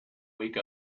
wake